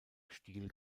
stil